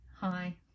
Hi